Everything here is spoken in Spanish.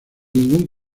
ningún